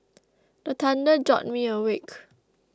the thunder jolt me awake